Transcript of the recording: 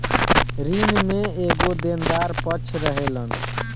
ऋण में एगो देनदार पक्ष रहेलन